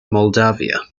moldavia